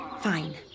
fine